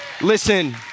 Listen